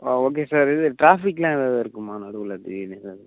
ஆ okay sir இது டிராஃபிக்லாம் ஏதாவது இருக்குமா நடுவில் திடீர்னு ஏதாவது